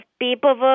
paperwork